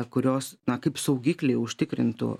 kurios na kaip saugikliai užtikrintų